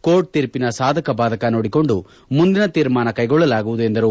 court ತೀರ್ಪಿನ ಸಾಧಕ ಬಾಧಕ ನೋಡಿಕೊಂಡು ಮುಂದಿನ ತೀರ್ಮಾನ ಕೈಗೊಳ್ಳಲಾಗುವುದು ಎಂದರು